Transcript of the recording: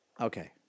Okay